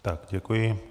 Tak děkuji.